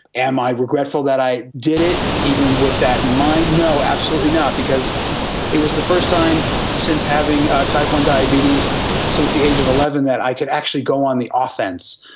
am i regretful that i did it, even with that in mind? no, absolutely not because it was the first time since having type i diabetes since the age of eleven that i could actually go on the offence,